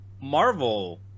Marvel